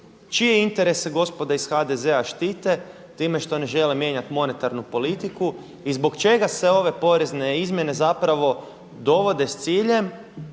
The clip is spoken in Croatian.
čije interese gospoda iz HDZ-a štite time što ne žele mijenjati monetarnu politiku i zbog čega se ove porezne izmjene zapravo dovode s ciljem